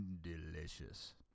Delicious